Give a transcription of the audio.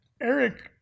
Eric